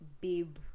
babe